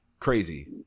Crazy